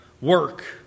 work